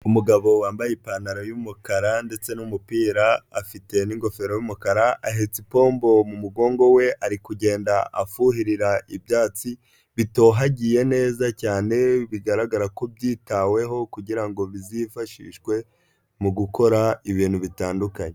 Umugabo wambaye ipantaro y'umukara ndetse n'umupira afite n'ingofero y'umukara, ahetse ipombo mu mugongo we, ari kugenda afuhirira ibyatsi bitohagiye neza cyane bigaragara ko byitaweho kugira ngo bizifashishwe mu gukora ibintu bitandukanye.